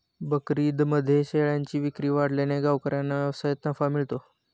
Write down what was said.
बकरीदमध्ये शेळ्यांची विक्री वाढल्याने गावकऱ्यांना व्यवसायात नफा मिळतो